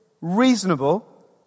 reasonable